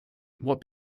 what